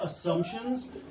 assumptions